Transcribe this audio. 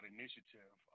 initiative